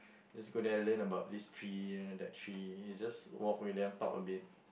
just go there learn about this tree then that tree it's just walk with them talk a bit